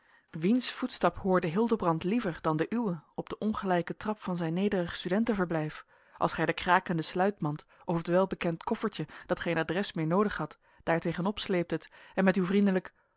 wiens voetstap hoorde hildebrand liever dan den uwen op de ongelijke trap van zijn nederig studenteverblijf als gij de krakende sluitmand of het welbekend koffertje dat geen adres meer noodig had daar tegenop sleeptet en met uw vriendelijk